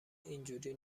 اینجوری